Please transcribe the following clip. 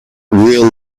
real